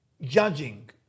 judging